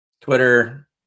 Twitter